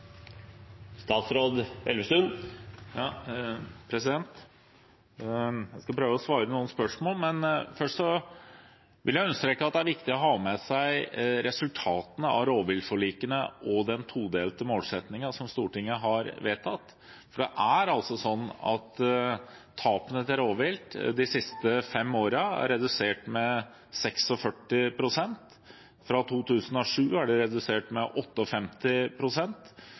Jeg skal prøve å svare på noen spørsmål, men først vil jeg understreke at det er viktig å ha med seg resultatet av rovviltforlikene og den todelte målsettingen som Stortinget har vedtatt. Tapene til rovvilt de siste fem årene er redusert med 46 pst. Fra 2007 er de redusert med